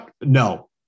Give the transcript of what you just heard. No